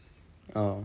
oh